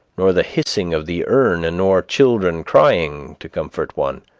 nor the hissing of the urn, and nor children crying, to comfort one.